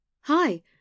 hi